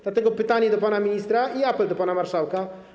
Dlatego kieruję pytanie do pana ministra i apel do pana marszałka.